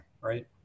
right